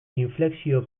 inflexio